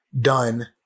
done